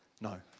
no